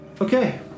Okay